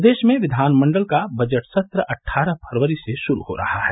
प्रदेश में विधानमण्डल का बजट सत्र अट्ठारह फरवरी से शुरू हो रहा है